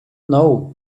know